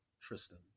Tristan